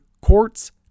courts